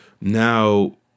now